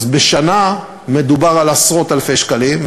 אז בשנה מדובר על עשרות-אלפי שקלים,